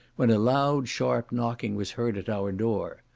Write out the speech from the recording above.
when a loud sharp knocking was heard at our door.